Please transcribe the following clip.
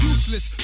Useless